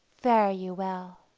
fare you well!